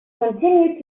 continue